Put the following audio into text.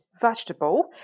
vegetable